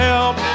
Help